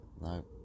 no